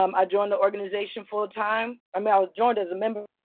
um i joined the organization full-time. um i joined as a member,